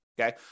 okay